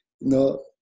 No